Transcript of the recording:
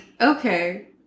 okay